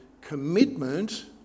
commitment